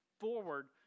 forward